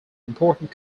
important